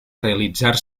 realitzar